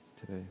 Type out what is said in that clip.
today